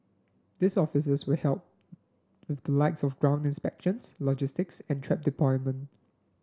these officers will help with the likes of ground inspections logistics and trap deployment